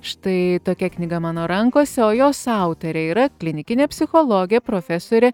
štai tokia knyga mano rankose o jos autorė yra klinikinė psichologė profesorė